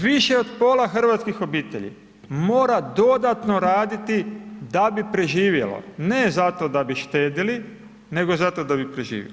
Više od pola hrvatskih obitelji, mora dodatno raditi, da bi preživjelo, ne zato da bi štedjeli, nego zato da bi živjeli.